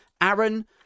Aaron